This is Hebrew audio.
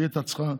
והיא הייתה צריכה,